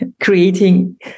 creating